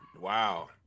wow